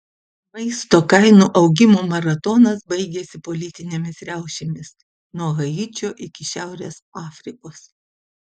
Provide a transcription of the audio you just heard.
maisto kainų augimo maratonas baigėsi politinėmis riaušėmis nuo haičio iki šiaurės afrikos